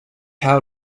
how